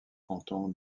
canton